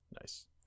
Nice